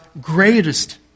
greatest